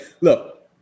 look